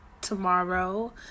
tomorrow